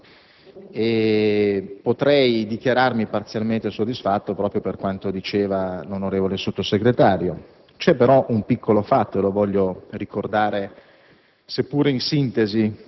nell'interrogazione e potrei dichiararmi parzialmente soddisfatto proprio per quanto ha detto l'onorevole Sottosegretario. Tuttavia, c''è un piccolo aspetto che voglio ricordare,